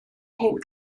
hen